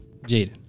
Jaden